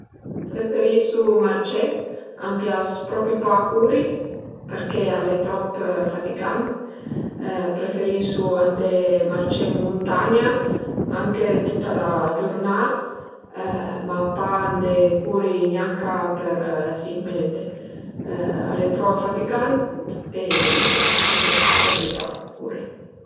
Preferisu marcé, a m'pias propi pa curi perché al e trop fatigant, preferisu andé marcé ën muntagna anche tuta la giurnà, ma pa andé curi gnanca për sinc minüte, al e trop fatigant e a m'pias propi pa curi